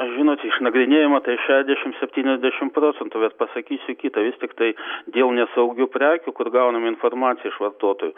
žinot išnagrinėjama tai šešiasdešimt septyniasdešimt procentų bet pasakysiu kita vis tiktai dėl nesaugių prekių kur gauname informaciją iš vartotojų